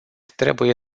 trebuie